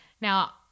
now